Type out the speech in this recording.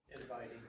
Inviting